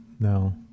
No